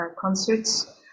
concerts